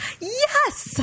Yes